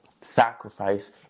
Sacrifice